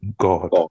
God